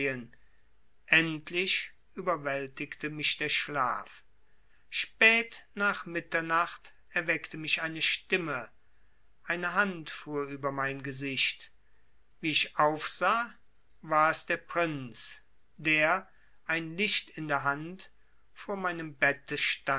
endlich überwältigte mich der schlaf spät nach mitternacht erweckte mich eine stimme eine hand fuhr über mein gesicht wie ich aufsah war es der prinz der ein licht in der hand vor meinem bette